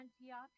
antioch